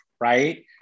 right